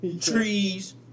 trees